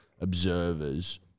observers